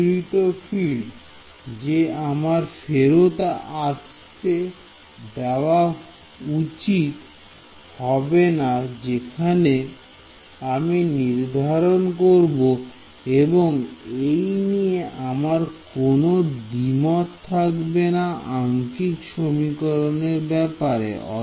বিচ্ছুরিত ফিল্ড কে আমার ফেরত আসতে দেওয়া উচিত হবে না যেখানে আমি নির্ধারণ করুন এবং এই নিয়ে আমার কোন দ্বিমত থাকবে না আংকিক সমীকরণের ব্যাপারে